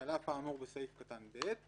ש"על אף האמור בסעיף קטן (ב),